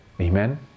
Amen